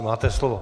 Máte slovo.